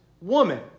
woman